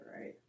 right